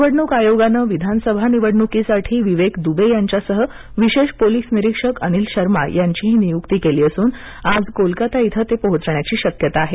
निवडणूक आयोगानं विधानसभा निवडणूकीसाठी विवेक दुबे यांच्यासह विशेष पोलिस निरीक्षक अनिल शर्मा यांची नियुक्ती केली असून आज कोलकाता इथं पोहोचण्याची शक्यता आहे